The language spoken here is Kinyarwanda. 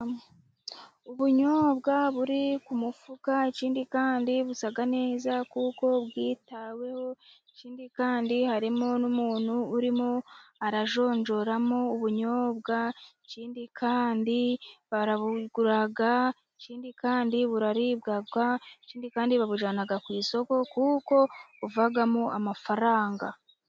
Ubunyobwa buri ku mufuka, ikindi kandi buza neza kuko bwitaweho, ikindi kandi harimo n'umuntu urimo arajonjoramo ubunyobwa, ikindi kandi barabugura, ikindi kandi buraribwa, ikindi kandi babujyana ku isoko kuko buvagamo amafaranga.